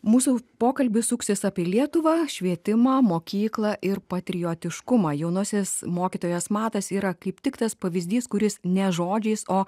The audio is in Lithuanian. mūsų pokalbis suksis apie lietuvą švietimą mokyklą ir patriotiškumą jaunasis mokytojas matas yra kaip tik tas pavyzdys kuris ne žodžiais o